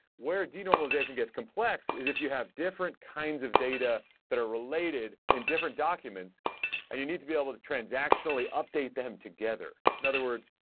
where de-normalization gets complex is if you have different kinds of data that are related in different documents and you need to be able to transactionally updated them together. in other words,